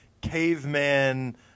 caveman